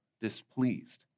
displeased